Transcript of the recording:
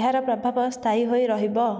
ଏହାର ପ୍ରଭାବ ସ୍ଥାୟୀ ହୋଇ ରହିବ